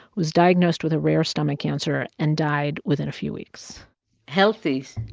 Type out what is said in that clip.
was diagnosed with a rare stomach cancer and died within a few weeks healthy